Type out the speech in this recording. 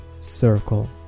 circle